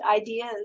ideas